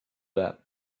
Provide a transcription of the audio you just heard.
that